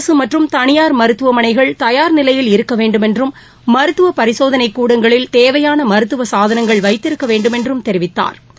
அரசு மற்றும் தனியார் மருத்துவமனைகள் தயார் நிலையில் இருக்க வேண்டுமென்றும் மருத்துவ பரிசோதனைக் கூடங்களில் தேவையாள மருத்துவ சாதளங்கள் வைத்திருக்க வேண்டுமென்றும் தெரிவித்தாா்